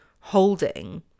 holding